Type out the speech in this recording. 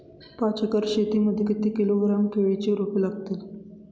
पाच एकर शेती मध्ये किती किलोग्रॅम केळीची रोपे लागतील?